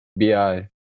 BI